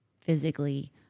physically